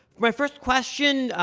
my first question,